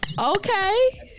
Okay